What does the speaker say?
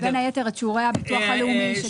בין היתר את שיעורי הביטוח הלאומי.